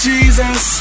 Jesus